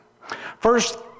First